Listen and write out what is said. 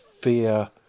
fear